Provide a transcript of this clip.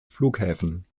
flughäfen